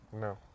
No